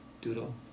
doodle